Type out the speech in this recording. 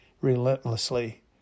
relentlessly